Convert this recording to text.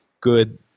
good